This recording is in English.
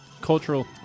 Cultural